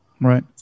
Right